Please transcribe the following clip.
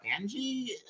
Angie